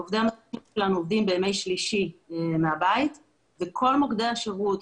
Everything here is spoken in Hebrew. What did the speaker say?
עובדי המטה שלנו עובדים בימי שלישי מהבית וכל מוקדי השירות,